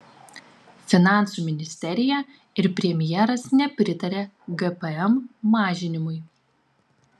finansų ministerija ir premjeras nepritaria gpm mažinimui